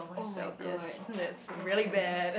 [oh]-my-god that's terror